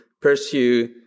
pursue